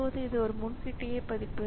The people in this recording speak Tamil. இப்போது இது ஒரு முன்கூட்டிய பதிப்பு